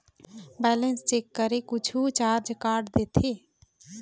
Balance check करें कुछू charge काट देथे?